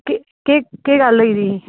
केह् केह् केह् गल्ल होई दी ही